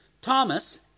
Thomas